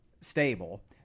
stable